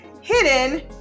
hidden